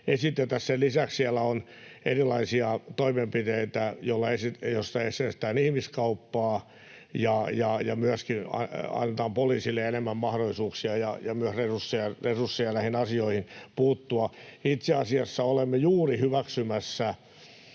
lisäksi siellä on erilaisia toimenpiteitä, joilla estetään ihmiskauppaa ja myöskin annetaan poliisille enemmän mahdollisuuksia ja myös resursseja näihin asioihin puuttua. Itse asiassa olemme juuri hyväksymässä